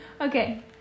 okay